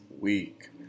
week